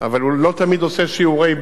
אבל הוא לא תמיד עושה שיעורי-בית,